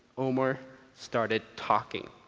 omar started talking,